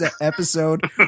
episode